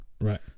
right